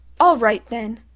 all right, then,